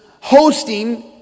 hosting